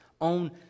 own